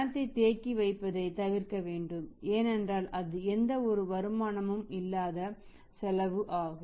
பணத்தை தேக்கி வைப்பதை தவிர்க்க வேண்டும் ஏனென்றால் அது எந்தவொரு வருமானமும் இல்லாத செலவு ஆகும்